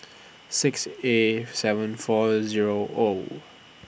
six A seven four Zero O